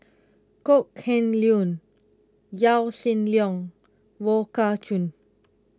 Kok Heng Leun Yaw Shin Leong Wong Kah Chun